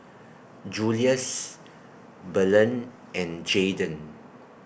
Julious Belen and Jadon